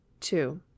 two